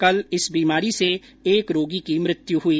कल इस बीमारी से एक रोगी की मृत्यु हुई